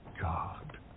God